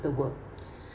the world